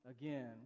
again